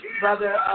Brother